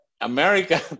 America